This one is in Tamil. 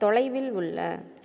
தொலைவில் உள்ள